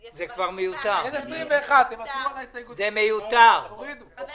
כלומר, אם הוא